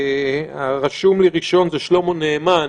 רשום לי ראשון שלמה נאמן,